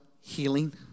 healing